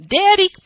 Daddy